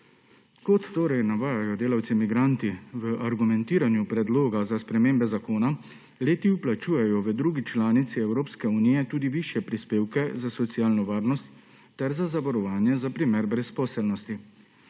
Kot torej navajajo delavci migranti v argumentiranju predloga za spremembe zakona, le-ti vplačujejo v drugi članici Evropske unije tudi višje prispevke za socialno varnost ter za zavarovanje za primer brezposelnosti.